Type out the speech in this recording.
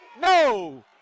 no